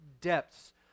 depths